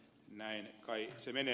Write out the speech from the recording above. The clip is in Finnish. näin kai se menee